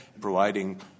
providing